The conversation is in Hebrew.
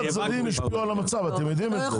כל הצדדים השפיעו על המצב, אתם יודעים את זה.